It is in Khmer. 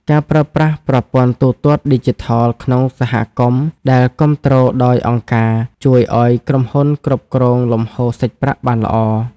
ការប្រើប្រាស់ប្រព័ន្ធទូទាត់ឌីជីថលក្នុងសហគមន៍ដែលគាំទ្រដោយអង្គការ ជួយឱ្យក្រុមហ៊ុនគ្រប់គ្រងលំហូរសាច់ប្រាក់បានល្អ។